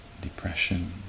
depression